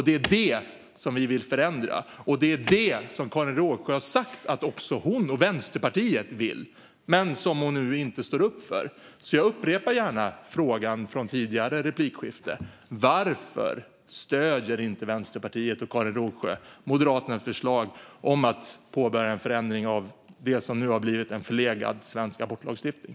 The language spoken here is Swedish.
Det är det som vi vill förändra, och det är det som Karin Rågsjö har sagt att också hon och Vänsterpartiet vill men som hon nu inte står upp för. Jag upprepar gärna frågan från tidigare replikskifte. Varför stöder inte Vänsterpartiet och Karin Rågsjö Moderaternas förslag om att påbörja en förändring av det som nu har blivit en förlegad svensk abortlagstiftning?